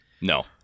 no